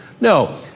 No